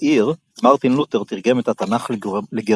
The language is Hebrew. בעיר מרטין לותר תרגם את התנ"ך לגרמנית.